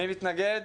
מי מתנגד?